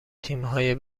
تیمهای